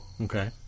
Okay